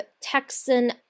Texan